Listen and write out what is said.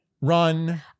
Run